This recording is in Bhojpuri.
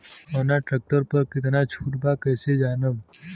कवना ट्रेक्टर पर कितना छूट बा कैसे जानब?